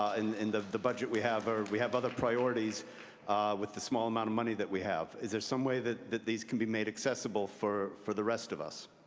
and in the the budget we have or we have other priorities with the small amount of money that we have. is there some way that that these can be made accessible for for the rest of us?